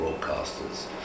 broadcasters